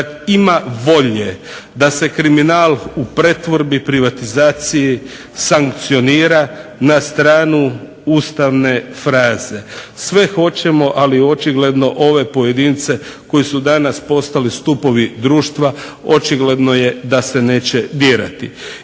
ima volje da se kriminal u pretvorbi i privatizaciji sankcionira na stranu Ustavne fraze, sve hoćemo ali očigledno ove pojedince koji su danas postali stupovi društva očigledno je da se neće dirati.